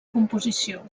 composició